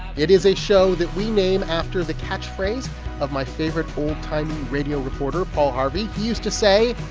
it is a show that we name after the catch phrase of my favorite old-timey radio reporter, paul harvey. he used to say.